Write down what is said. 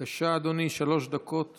קרעי, בבקשה, אדוני, שלוש דקות